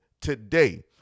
today